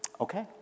Okay